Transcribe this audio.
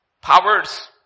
powers